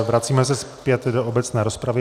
Vracíme se zpět do obecné rozpravy.